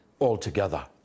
altogether